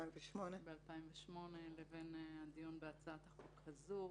ב-2008 לבין הדיון בהצעת החוק הזאת.